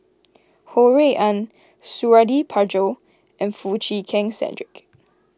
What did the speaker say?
Ho Rui An Suradi Parjo and Foo Chee Keng Cedric